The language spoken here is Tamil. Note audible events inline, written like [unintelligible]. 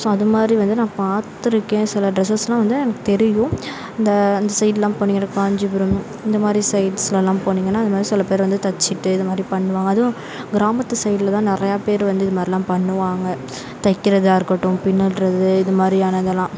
ஸோ அதுமாதிரி வந்து நான் பார்த்துருக்கேன் சில ட்ரெஸ்ஸெஸ்லாம் வந்து எனக்கு தெரியும் இந்த அந்த சைட்லாம் போனிங்கனால் காஞ்சிபுரம் இந்தமாதிரி சைட்ஸ்லலாம் போனிங்கனால் இந்த மாதிரி சில பேர் வந்து தெச்சிட்டு இதை மாதிரி பண்ணுவாங்க அதுவும் கிராமத்து சைடில் தான் நிறையா பேர் வந்து இது மாதிரிலாம் பண்ணுவாங்க தெக்கிறதா இருக்கட்டும் பின்னல் [unintelligible] இது மாதிரியான இதெலாம்